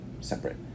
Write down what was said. separate